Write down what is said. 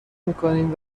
میکنیم